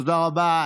תודה רבה.